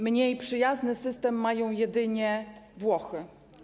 Mniej przyjazny system mają jedynie Włochy.